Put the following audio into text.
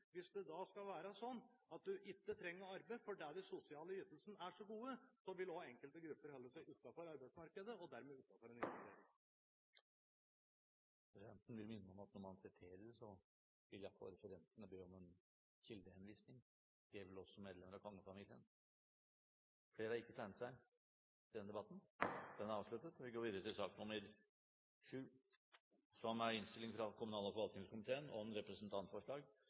hvis det skal være sånn at du ikke trenger arbeid fordi de sosiale ytelsene er så gode, vil enkelte grupper holde seg utenfor arbeidsmarkedet og dermed utenfor integreringen. Presidenten vil minne om at når man siterer, vil i alle fall referentene be om en kildehenvisning. Det gjelder vel også medlemmer av kongefamilien. Flere har ikke bedt om ordet til sak nr. 6. Etter ønske fra komiteen vil presidenten foreslå at taletiden begrenses til 40 minutter og fordeles med inntil 5 minutter til hvert parti og